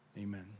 amen